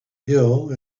hill